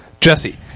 Jesse